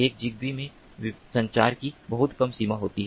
एक जिगबी में संचार की बहुत कम सीमा होती है